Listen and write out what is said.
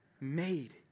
made